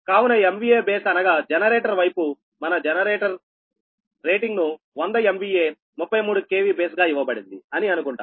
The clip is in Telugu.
కావున MVA బేస్ అనగా జనరేటర్ వైపు మనం జనరేటర్ రేటింగ్ ను 100 MVA 33 KV బేస్ గా ఇవ్వబడింది అని అనుకుంటాము